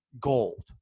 gold